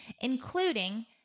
including